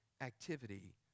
activity